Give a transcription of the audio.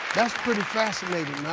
that's pretty fascinating,